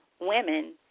women